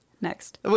Next